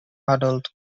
adult